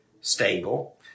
stable